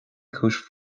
cúis